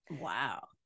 Wow